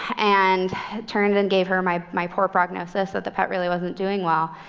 and turned and gave her my my poor prognosis that the pet really wasn't doing well.